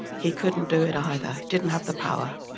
he couldn't do it either, didn't have the power.